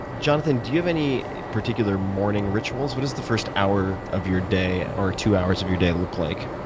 jonathan, do you have any particular morning rituals? what is the first hour of you day and or two hours of your day look like?